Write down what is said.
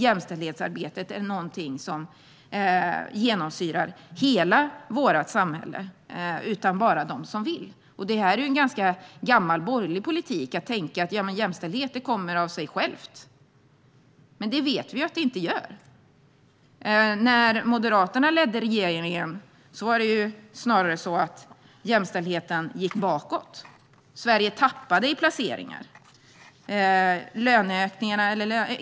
Jämställdhetsarbetet är dessutom inget som genomsyrar hela vårt samhälle, utan det är bara de som vill som bedriver det. Det är en ganska gammal borgerlig politik att tänka att jämställdheten kommer av sig själv. Det vet vi ju att den inte gör. När Moderaterna ledde regeringen gick jämställdheten snarare bakåt. Sverige tappade i placeringar.